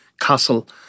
castle